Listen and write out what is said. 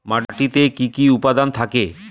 মাটিতে কি কি উপাদান থাকে?